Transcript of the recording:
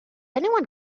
anyone